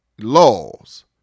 laws